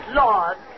lord